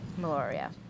Meloria